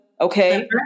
Okay